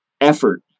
effort